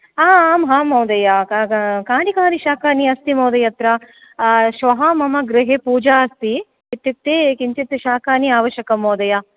आम् आम् महोदय कानि कानि शाकानि अस्ति महोदय अत्र श्वः मम गृहे पूजा अस्ति इत्युक्ते किञ्चिद् शाकानि आवश्यकं महोदय